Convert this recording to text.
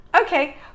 okay